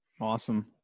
Awesome